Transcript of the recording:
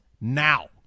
now